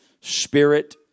Spirit